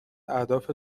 اهداف